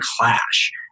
clash